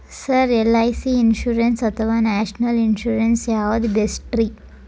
Sir LIC insurance ಅಥವಾ national insurance ಯಾವುದು ಬೆಸ್ಟ್ರಿ?